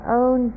own